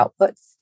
outputs